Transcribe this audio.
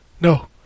no